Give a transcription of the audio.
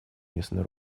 местное